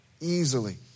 easily